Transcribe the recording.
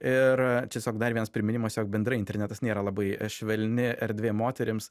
ir tiesiog dar vienas priminimas jog bendrai internetas nėra labai švelni erdvė moterims